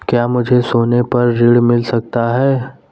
क्या मुझे सोने पर ऋण मिल सकता है?